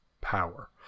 power